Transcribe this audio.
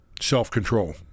self-control